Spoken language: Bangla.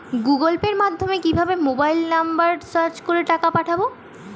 গুগোল পের মাধ্যমে কিভাবে মোবাইল নাম্বার সার্চ করে টাকা পাঠাবো?